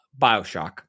Bioshock